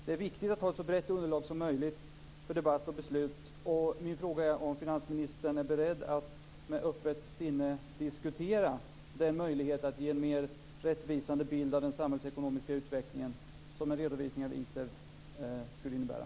Det är viktigt att ha ett så brett underlag som möjligt för debatt och beslut. Min fråga är om finansministern är beredd att med öppet sinne diskutera den möjlighet att ge en mer rättvisande bild av den samhällsekonomiska utvecklingen som en redovisning av ISEW skulle innebära.